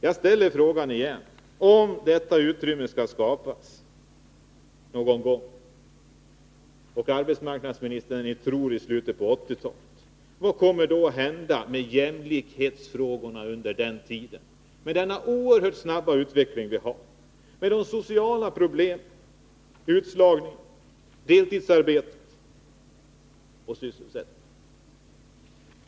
Jag ställer på nytt frågan: Om detta utrymme skall kunna skapas någon gång i slutet av 1980-talet, som arbetsmarknadsministern trodde, vad kommer då att hända med jämlikhetsfrågorna med den oerhört snabba utveckling och de sociala problem som vi har: utslagning, deltidsarbete och sysselsättning?